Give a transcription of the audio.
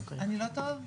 מירב בן ארי,